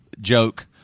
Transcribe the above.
joke